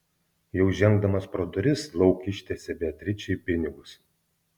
jau žengdamas pro duris lauk ištiesė beatričei pinigus